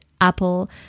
apple